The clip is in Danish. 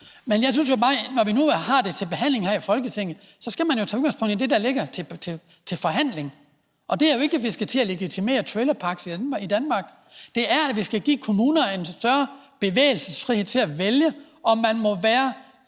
Men jeg synes jo bare, at når vi nu har det til behandling her i Folketinget, så skal man jo tage udgangspunkt i det, der ligger til forhandling, og det er jo ikke, at vi skal til at legitimere til trailerparks i Danmark, men at vi skal give kommunerne en større bevægelsesfrihed til at vælge, om man må være